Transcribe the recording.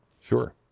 Sure